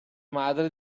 madre